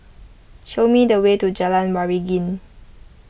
show me the way to Jalan Waringin